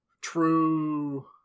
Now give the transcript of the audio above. True